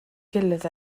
gilydd